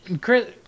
Chris